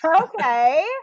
okay